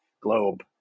globe